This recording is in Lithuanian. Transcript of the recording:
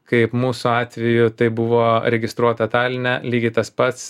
kaip mūsų atveju tai buvo registruota taline lygiai tas pats